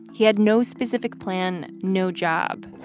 he had no specific plan, no job